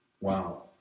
Wow